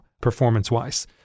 performance-wise